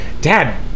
Dad